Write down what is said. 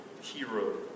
hero